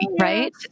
right